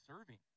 serving